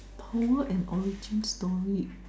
power and origin story